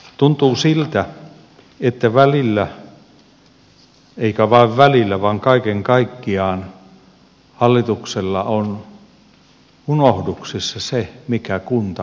tuntuu siltä että välillä eikä vain välillä vaan kaiken kaikkiaan hallituksella on unohduksissa se mikä kunta perimmältään on